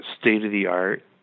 state-of-the-art